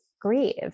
grieve